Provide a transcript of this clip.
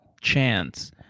chance